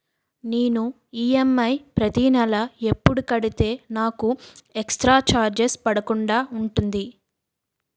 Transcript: నేను ఈ.ఎం.ఐ ప్రతి నెల ఎపుడు కడితే నాకు ఎక్స్ స్త్ర చార్జెస్ పడకుండా ఉంటుంది?